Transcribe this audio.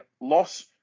loss